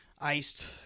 iced